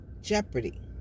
Jeopardy